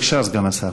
בבקשה, סגן השר.